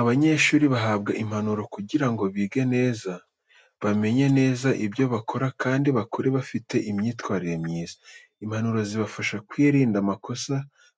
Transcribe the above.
Abanyeshuri bahabwa impanuro kugira ngo bige neza, bamenye neza ibyo bakora kandi bakure bafite imyitwarire myiza. Impanuro zibafasha kwirinda amakosa,